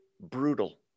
brutal